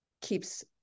keeps